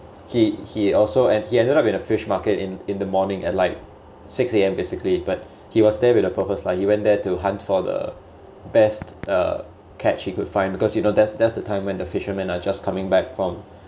he he also and he ended up in a fish market in in the morning at like six A_M basically but he was there with a purpose lah he went there to hunt for the best uh catch he could find because you know that's that's the time when the fishermen are just coming back from